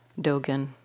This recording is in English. Dogen